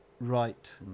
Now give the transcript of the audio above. right